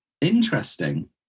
Interesting